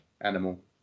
animal